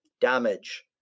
damage